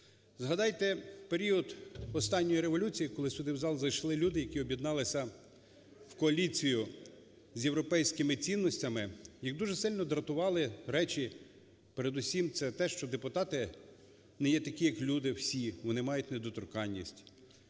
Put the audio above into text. Згадайте період останньої революції, коли сюди в зал зайшли люди, які об'єдналися в коаліцію з європейськими цінностями. Їх дуже сильно дратували речі, передусім це те, що депутати не є такі, як люди всі, вони мають недоторканність,